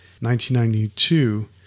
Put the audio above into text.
1992